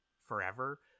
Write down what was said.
forever